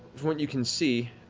from what you can see,